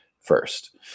first